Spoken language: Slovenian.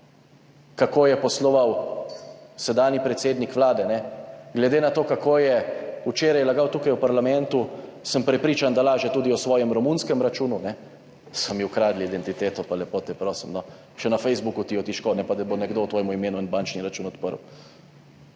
kako je posloval sedanji predsednik Vlade. Glede na to, kako je včeraj lagal tukaj v parlamentu, sem prepričan, da laže tudi o svojem romunskem računu. »So mi ukradli identiteto.« Pa lepo te prosim, no, še na Facebooku ti jo težko, ne pa da bo nekdo v tvojem imenu odprl bančni račun.